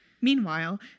Meanwhile